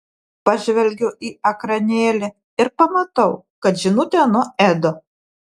pažvelgiu į ekranėlį ir pamatau kad žinutė nuo edo